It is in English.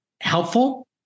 helpful